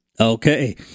Okay